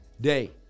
day